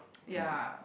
ya